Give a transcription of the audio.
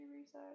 research